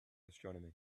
astronomy